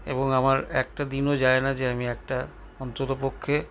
এবং আমার একটা দিনও যায় না যে আমি একটা অন্ততপক্ষে